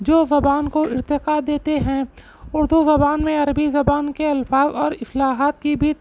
جو زبان کو ارتقا دیتے ہیں اردو زبان میں عربی زبان کے الفاظ اور اصلاحات کی بھی